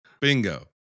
Bingo